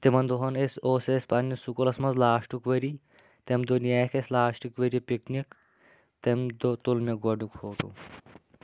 تِمن دۄہَن ٲسۍ اوس اَسہِ پنٛنِس سکوٗلَس منٛز لاسٹُک ؤری تمہِ دۄہ نِیییَکھ اَسہِ لاسٹٕکۍ ؤری پِکنِک تمہِ دۄہ تُل مےٚ گۄڈنیُک فوٹوٗ